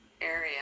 area